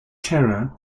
terror